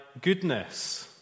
goodness